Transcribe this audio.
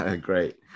Great